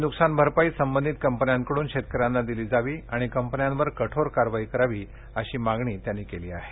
ही नुकसान भरपाई संबंधीत कंपन्यांकडून शेतकऱ्यांना दिली जावी आणि कंपन्यांवर कठोर कारवाई करावी अशी मागणीही तळेकर यांनी केली आहे